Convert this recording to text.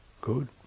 Good